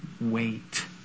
wait